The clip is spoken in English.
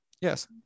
Yes